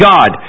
God